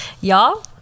Y'all